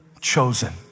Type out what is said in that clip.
chosen